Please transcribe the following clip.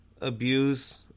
abuse